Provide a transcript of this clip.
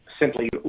simply